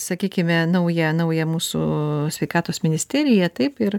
sakykime naują naują mūsų sveikatos ministeriją taip ir